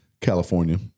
California